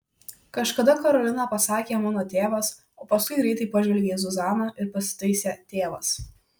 kažkada karolina pasakė mano tėvas o paskui greitai pažvelgė į zuzaną ir pasitaisė tėvas